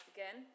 Again